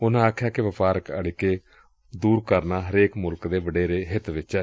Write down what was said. ਉਨਾਂ ਕਿਹਾ ਕਿ ਵਪਾਰਕ ਅਤਿੱਕੇ ਦੁਰ ਕਰਨਾ ਹਰੇਕ ਮੁਲਕ ਦੇ ਵਡੇਰੇ ਹਿੱਤ ਵਿਚ ਏ